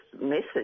message